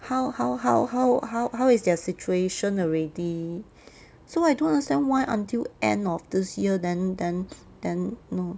how how how how how how is their situation already so I don't understand why until end of this year then then then no